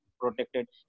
protected